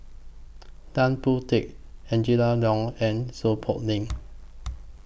Tan Boon Teik Angela Liong and Seow Poh Leng